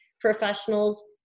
professionals